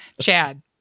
Chad